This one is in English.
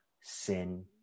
sin